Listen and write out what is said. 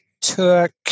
took